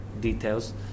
details